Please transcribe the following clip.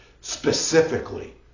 Specifically